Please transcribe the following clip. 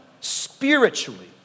spiritually